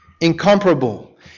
Incomparable